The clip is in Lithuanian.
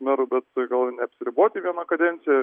meru bet gal ir neapsiriboti viena kadencija